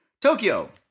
Tokyo